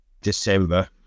December